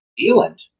Zealand